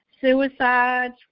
suicides